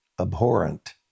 abhorrent